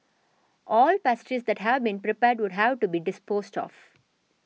all pastries that have been prepared would have to be disposed of